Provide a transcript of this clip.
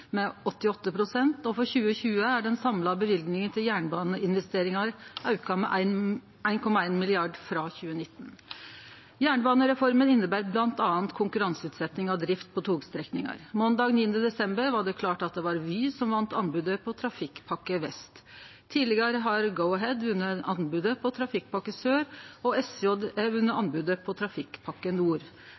med 88 pst., og for 2020 er den samla løyvinga til jernbaneinvesteringar auka med 1,1 mrd. kr. frå 2019. Jernbanereforma inneber bl.a. konkurranseutsetjing av drift på togstrekningar. Måndag 9. desember var det klart at det var Vy som vann anbodet på Trafikkpakke Vest. Tidlegare har Go-Ahead vunne anbodet på Trafikkpakke Sør og SJ har vunne anbodet på Trafikkpakke